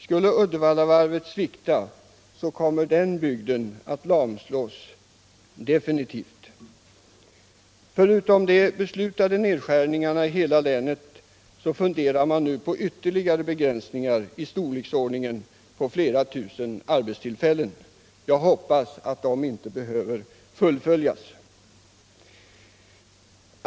Skulle Uddevallavarvet svika kommer bygden att lamslås definitivt. Förutom de beslutade nedskärningarna i hela länet överväger man ytterligare begränsningar av storleksordningen flera tusen arbetstillfällen. Jag hoppas att dessa planer inte behöver fullföljas.